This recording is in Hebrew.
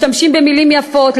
משתמשים במילים יפות,